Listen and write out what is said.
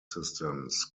systems